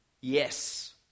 yes